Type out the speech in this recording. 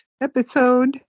episode